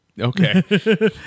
Okay